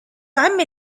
عمي